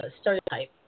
stereotype